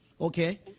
Okay